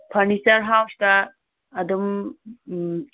furniture ꯍꯥꯎꯁꯇ ꯑꯗꯨꯝ